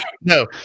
No